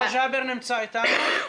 רידא ג'אבר נמצא איתנו?